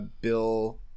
Bill